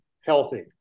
healthy